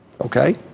Okay